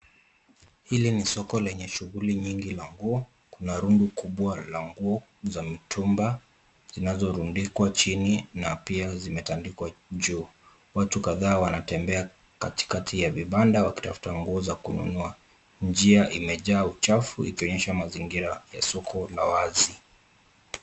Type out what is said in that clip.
Hili ni soko lenye shughuli nyingi la nguo. Kuna rundo kubwa la nguo za mitumba zinazorundikwa chini na pia zimetandikwa juu. Watu kadhaa wanatembea katikati ya vibanda wakitafuta nguo za kununua. Njia imejaa uchafu ikionyesha mazingira ya soko la wazi.